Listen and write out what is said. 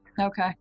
Okay